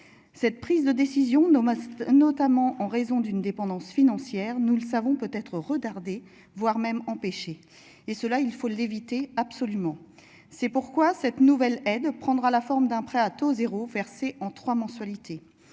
Cette prise de décision dans ma notamment en raison d'une dépendance financière, nous le savons peut être retardé, voire même empêché et cela il faut l'éviter absolument. C'est pourquoi cette nouvelle aide prendra la forme d'un prêt à taux 0 versés en 3 mensualités.